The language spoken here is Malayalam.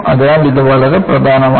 അതിനാൽ ഇത് വളരെ പ്രധാനമാണ്